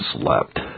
slept